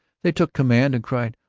they took command and cried,